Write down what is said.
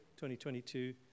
2022